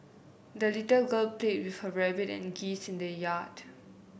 the little girl played with her rabbit and geese in the yard